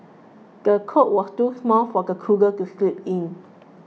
the cot was too small for the toddler to sleep in